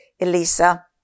Elisa